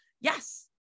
Yes